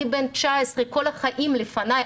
אני בן 19 וכל החיים לפני,